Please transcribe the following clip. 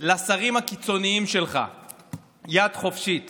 לשרים הקיצוניים שלך יד חופשית